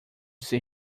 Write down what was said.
ser